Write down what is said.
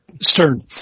Stern